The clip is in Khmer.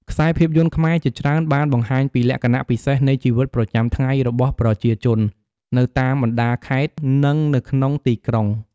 ខ្សែភាពយន្តខ្មែរជាច្រើនបានបង្ហាញពីលក្ខណៈពិសេសនៃជីវិតប្រចាំថ្ងៃរបស់ប្រជាជននៅតាមបណ្ដាខេត្តនឹងនៅក្នុងទីក្រុង ។